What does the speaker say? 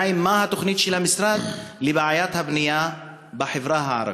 2. מה התוכנית של המשרד לבעיית הבנייה בחברה הערבית?